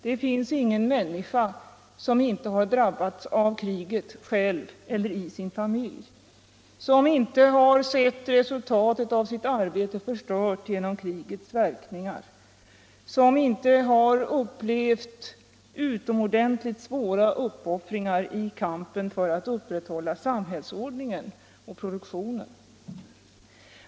Där finns ingen människa som inte själv eller i sin familj har drabbats av kriget, som inte har sett resultatet av sitt arbete förstört genom krigets verkningar, som inte har upplevt utomordentligt svåra uppoffringar i kampen för att trots kriget upprätthålla samhällsordningen och produktionen.